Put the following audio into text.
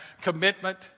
commitment